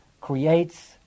creates